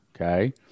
okay